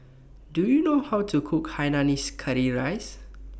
Do YOU know How to Cook Hainanese Curry Rice